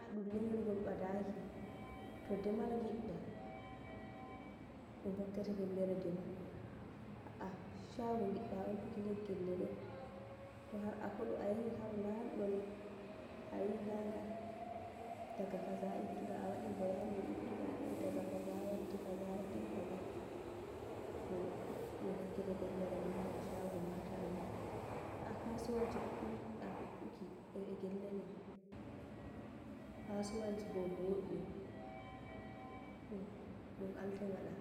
A ɗum lenyol ngol ɓadaki to demal ngidda, ɗum hokkete fellere demal, a'ah shago ngidda umtuki nder gelle ɗen, tohar akoɗo ayahi haro lamdo ni ayi nda- nda, daga kaza nyibtuɗa awaɗi bayani e nyibtuɗa e daga kaza waddi kaza waɗi kaza to ɗum rokkete fellere maha to shago mahatama, a'ah kasuwanci goɗɗum ngiɗɗa fuɗɗuki e be gelleɗen. Kasuwanci bo boɗum ɗum-ɗum alte ngaɗa.